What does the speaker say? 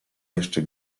jeszcze